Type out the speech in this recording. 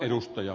kaikkonen